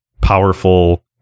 powerful